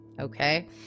okay